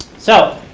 so,